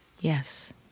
Yes